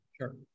Sure